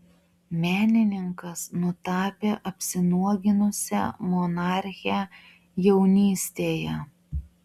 menininkas nutapė apsinuoginusią monarchę jaunystėje